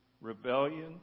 Rebellion